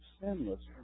sinless